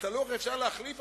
את הלוח אפשר להחליף,